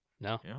No